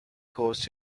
caused